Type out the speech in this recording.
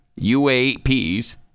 UAPs